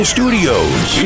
Studios